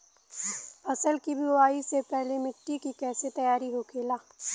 फसल की बुवाई से पहले मिट्टी की कैसे तैयार होखेला?